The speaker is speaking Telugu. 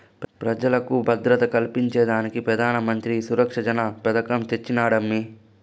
పెజలకు భద్రత కల్పించేదానికే పెదానమంత్రి ఈ సురక్ష జన పెదకం తెచ్చినాడమ్మీ